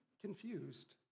confused